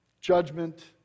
judgment